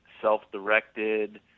self-directed